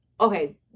okay